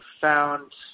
found